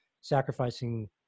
Sacrificing